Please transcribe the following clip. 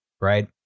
right